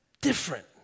Different